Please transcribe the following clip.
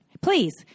Please